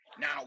Now